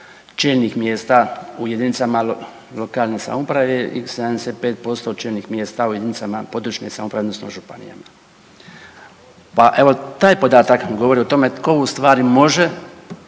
čelnih mjesta u jedinicama lokalne samouprave i 75% čelnih mjesta u jedinicama područne samouprave odnosno županijama. Pa evo taj podatak govori o tome tko ustvari može,